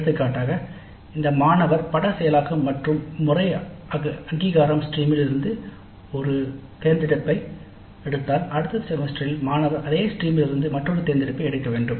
எடுத்துக்காட்டாக இந்த மாணவர் பட செயலாக்கம் மற்றும் முறை அங்கீகாரம் ஸ்ட்ரீமில் இருந்து ஒரு தேர்ந்தெடுப்பை எடுத்தால் அடுத்த செமஸ்டரில் மாணவர் அதே ஸ்ட்ரீமில் இருந்து மற்றொரு தேர்ந்தெடுப்பை எடுக்க வேண்டும்